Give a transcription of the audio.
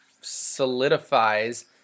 solidifies